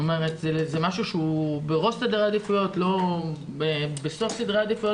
זה משהו שהוא בראש סדר העדיפויות ולא בסוף סדרי העדיפויות